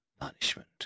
punishment